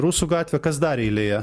rusų gatvė kas dar eilėje